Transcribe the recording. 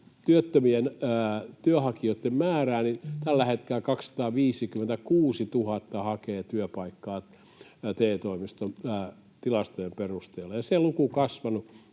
työttömien työnhakijoitten määrää, niin tällä hetkellä 256 000 hakee työpaikkaa TE-toimiston tilastojen perusteella, ja se luku on kasvanut